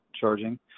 charging